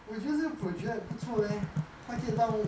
我觉得这个 project 不错 leh 还可以帮